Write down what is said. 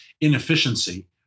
inefficiency